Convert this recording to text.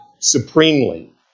supremely